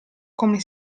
come